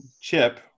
Chip